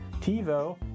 TiVo